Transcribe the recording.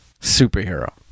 superhero